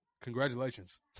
Congratulations